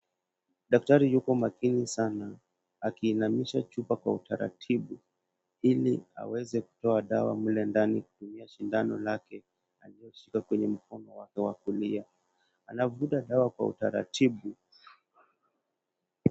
Daktari yuko makini sana akiinamisha chupa kwa utaratibu ili aweze kutoa dawa mle ndani kutumia sindano lake alioushika kwa mkono wake wa kulia. Anavuta dawa kwa utaratibu.